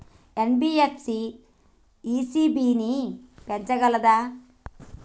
NBFC ECB ని పెంచగలదా?